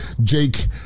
Jake